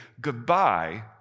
goodbye